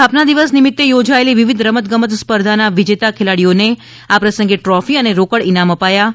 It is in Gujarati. સ્થાપના દિવસ નિમિત્તે થોજાયેલી વિવિધ રમતગમત સ્પર્ધાના વિજેતા ખેલાડીઓને આ પ્રસંગે દ્રોફી અને રોકડ ઈનામ અપાયા હતા